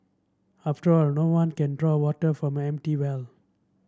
after all no one can draw water from an empty well